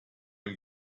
and